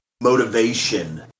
motivation